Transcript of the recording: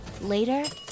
Later